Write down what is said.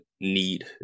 need